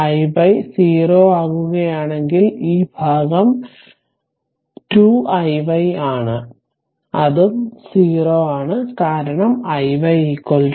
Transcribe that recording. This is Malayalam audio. Iy 0 ആകുകയാണെങ്കിൽ ഈ ഭാഗം 2 iy ആണ് അതും 0 ആണ് കാരണം iy 0